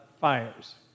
fires